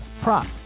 prop